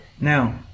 Now